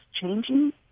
changing